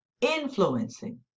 influencing